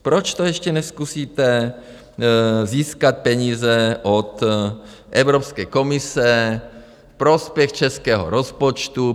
Proč to ještě nezkusíte, získat peníze od Evropské komise v prospěch českého rozpočtu?